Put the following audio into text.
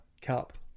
Cup